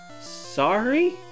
Sorry